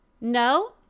No